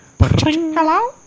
Hello